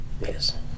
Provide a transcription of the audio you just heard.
Yes